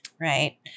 right